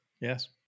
Yes